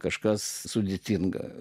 kažkas sudėtinga